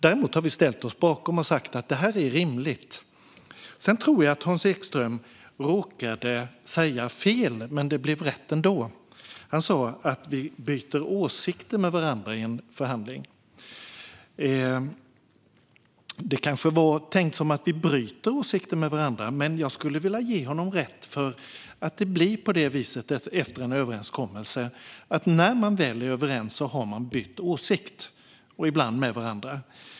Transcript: Däremot har vi ställt oss bakom den och sagt att det här är rimligt. Sedan tror jag att Hans Ekström råkade säga fel men att det blev rätt ändå. Han sa att vi byter åsikter med varandra i en förhandling. Det var kanske tänkt som att vi bryter åsikter med varandra, men jag skulle vilja ge honom rätt, för det blir på det viset efter en överenskommelse att när man väl är överens har man bytt åsikt - ibland med varandra.